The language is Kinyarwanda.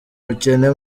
ubukene